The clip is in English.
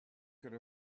could